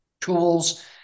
tools